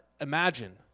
imagine